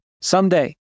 someday